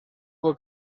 fue